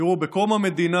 תראו, בקום המדינה,